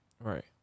right